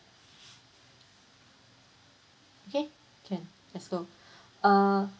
K can let's go uh